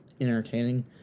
entertaining